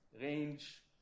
range